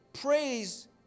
praise